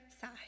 side